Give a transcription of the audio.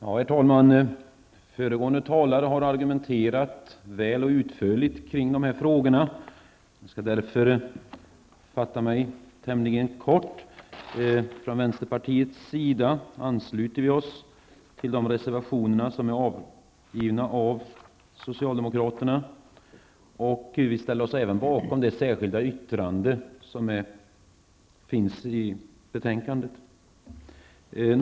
Herr talman! Föregående talare har argumenterat väl och utförligt kring dessa frågor. Jag skall därför fatta mig tämligen kort. Vi från vänsterpartiet ansluter oss till de reservationer som är avgivna av socialdemokraterna. Vi ställer oss även bakom det särskilda yttrande som finns i betänkandet.